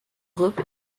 groupe